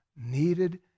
needed